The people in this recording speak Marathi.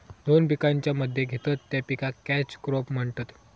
दोन पिकांच्या मध्ये घेतत त्या पिकाक कॅच क्रॉप बोलतत